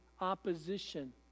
opposition